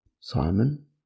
Simon